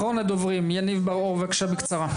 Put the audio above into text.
אחרון הדוברים - יניב בר אור - בבקשה בקצרה.